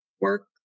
work